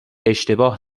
اشتباه